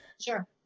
Sure